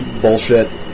bullshit